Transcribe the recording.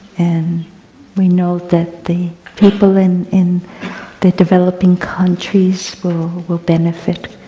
and we know that the people in in the developing countries will will benefit.